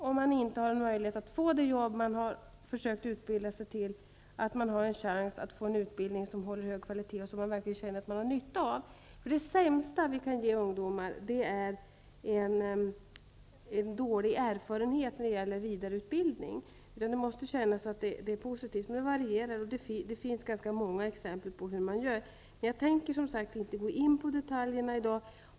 Om man inte har möjlighet att få det jobb som man har försökt utbilda sig till är det viktigt att man har en chans att få en utbildning som håller hög kvalitet och som man verkligen känner att man har nytta av. Det sämsta vi kan ge ungdomar är en dålig erfarenhet när det gäller vidareutbildning. Det måste kännas att det är positivt. Det finns ganska många exempel på hur man gör, och det varierar, men jag tänker som sagt inte gå in på detaljerna i dag.